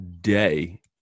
day